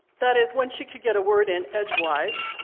that is, when she could get a word in edgewise,